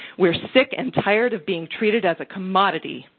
we're sick and tired of being treated as a commodity.